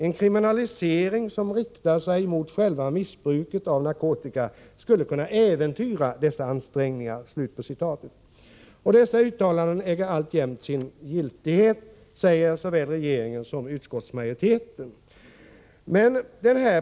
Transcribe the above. En kriminalisering som riktar sig mot själva missbruket av narkotika skulle kunna äventyra dessa ansträngningar.” Dessa uttalanden äger alltjämt sin giltighet, säger såväl regeringen som utskottsmajoriteten.